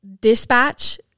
dispatch